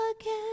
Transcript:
again